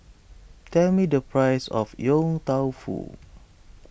tell me the price of Yong Tau Foo